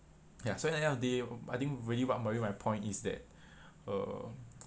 ya so at the end of day I think really what merit my point is that uh